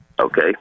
Okay